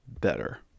better